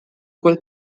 quel